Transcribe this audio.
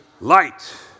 light